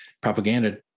Propaganda